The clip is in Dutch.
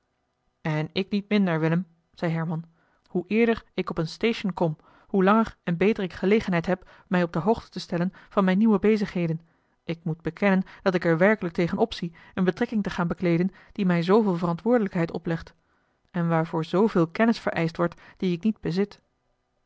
en ik niet minder willem zei herman hoe eerder ik op een station kom hoe langer en beter ik gelegenheid heb mij op de hoogte te stellen van mijne nieuwe bezigheden ik moet bekennen dat ik er werkelijk tegen opzie eene betrekking te gaan bekleeden die mij zooveel verantwoordelijkheid oplegt en waarvoor zooveel kennis vereischt wordt die ik niet bezit